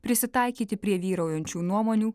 prisitaikyti prie vyraujančių nuomonių